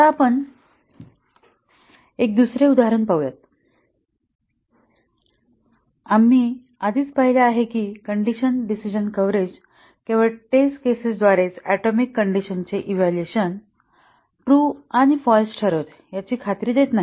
आता आपण दुसरे उदाहरण पाहूया आणि आम्ही आधीच पाहिले आहे की कंडिशन डिसिजन कव्हरेज केवळ टेस्ट केसेस द्वारेच ऍटोमिक कंडिशनचे इव्हॅल्युएशन ट्रू आणि फाल्स ठरवते याची खात्री देत नाही